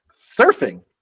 surfing